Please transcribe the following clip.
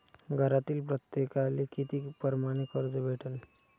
घरातील प्रत्येकाले किती परमाने कर्ज भेटन?